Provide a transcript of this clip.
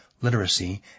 literacy